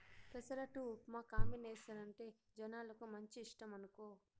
పెసరట్టు ఉప్మా కాంబినేసనంటే జనాలకు మంచి ఇష్టమనుకో